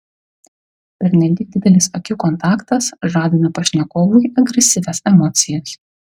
pernelyg didelis akių kontaktas žadina pašnekovui agresyvias emocijas